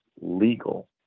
legal